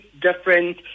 different